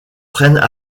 prennent